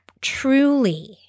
truly